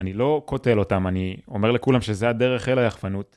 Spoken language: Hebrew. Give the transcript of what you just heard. אני לא קוטל אותם, אני אומר לכולם שזה הדרך אל היחפנות.